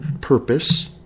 purpose